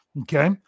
Okay